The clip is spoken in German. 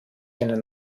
einen